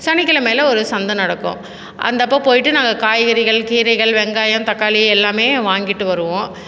சனிக்கிழமையில ஒரு சந்தை நடக்கும் அந்தப்போ போயிட்டு நாங்கள் காய்கறிகள் கீரைகள் வெங்காயம் தக்காளி எல்லாமே வாங்கிட்டு வருவோம்